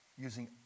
using